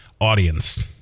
Audience